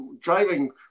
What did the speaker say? driving